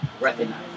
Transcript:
recognize